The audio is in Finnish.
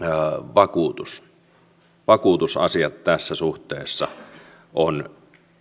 vakuutusasiat tässä suhteessa ovat